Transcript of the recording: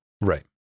right